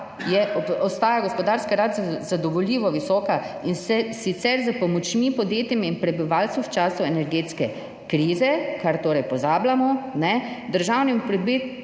ostaja gospodarska rast zadovoljivo visoka, in sicer s pomočmi podjetjem in prebivalstvu v času energetske krize, kar pozabljamo, z državnimi projekti